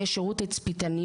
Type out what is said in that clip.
יהיה שירות תצפיתניות,